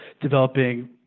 developing